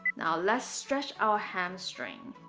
now let's stretch our hamstring